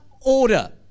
order